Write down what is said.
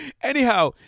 Anyhow